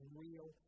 real